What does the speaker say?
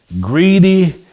greedy